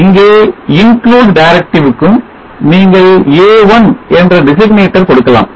இங்கே include directive க்கும் நீங்கள் A1 என்ற designator கொடுக்கலாம்